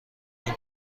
این